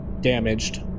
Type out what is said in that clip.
damaged